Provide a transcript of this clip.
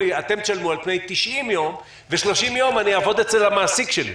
על פני 90 יום ו-30 יום אני אעבוד אצל המעסיק שלי?